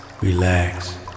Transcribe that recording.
relax